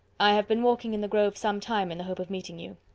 i have been walking in the grove some time in the hope of meeting you.